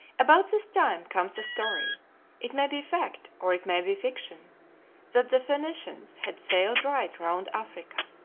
about this time comes a story it may be fact or it may be fiction that the phoenicians had sailed right round africa.